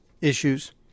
issues